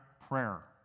prayer